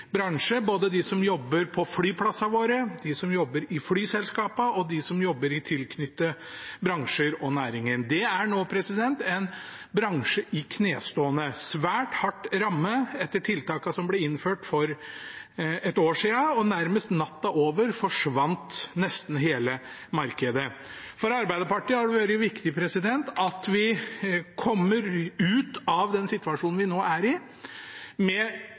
både de som jobber på flyplassene våre, de som jobber i flyselskapene, og de som jobber i tilknyttede bransjer og næringer. Det er nå en bransje i knestående. Den er svært hardt rammet etter tiltakene som ble innført for et år siden, og nærmest over natta forsvant nesten hele markedet. For Arbeiderpartiet har det vært viktig at vi kommer ut av den situasjonen vi nå er i med